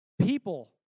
People